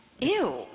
Ew